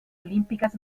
olímpicas